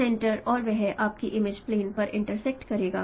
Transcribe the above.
centre और वह आपकी इमेज प्लेन पर इंटरसेक्ट करेगा